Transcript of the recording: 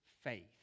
faith